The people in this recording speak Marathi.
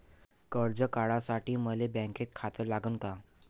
कर्ज काढासाठी मले बँकेत खातं लागन का?